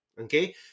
okay